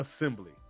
Assembly